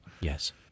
Yes